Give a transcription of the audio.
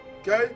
Okay